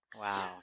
Wow